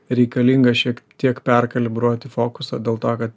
reikalinga šiek tiek perkalibruoti fokusą dėl to kad